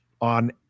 on